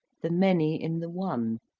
the many in the one,